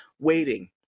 waiting